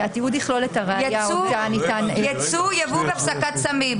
יבוא ואספקת סמים.